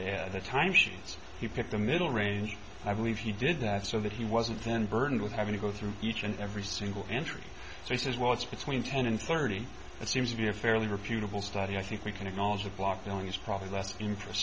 there the time she's he picked the middle range i believe he did that so that he wasn't then burdened with having to go through each and every single entry so he says well it's between ten and thirty and seems to be a fairly refutable study i think we can acknowledge that blocking is probably less interest